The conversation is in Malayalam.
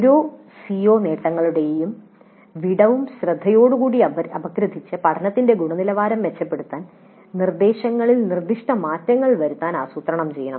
ഓരോ സിഒനേട്ടങ്ങളുടെ വിടവും ശ്രദ്ധയോടുകൂടി അപഗ്രഥിച്ച് പഠനത്തിൻ്റെ ഗുണനിലവാരം മെച്ചപ്പെടുത്താൻ നിർദ്ദശങ്ങളിൽ നിർദ്ദിഷ്ടമാറ്റങ്ങൾ വരുത്താൻ ആസൂത്രണം ചെയ്യണം